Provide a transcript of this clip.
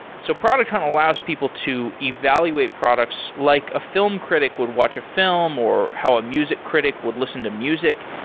so product hunt allows people to evaluate products like a film critique would watch a film or how a music critique would listen to music.